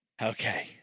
Okay